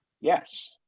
Yes